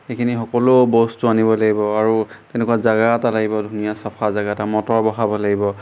এইখিনি সকলো বস্তু আনিব লাগিব আৰু তেনেকুৱা জেগা এটা লাগিব ধুনীয়া চাফা জেগা এটা মটৰ বহাব লাগিব